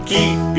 Keep